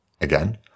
Again